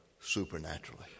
supernaturally